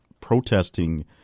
protesting